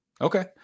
okay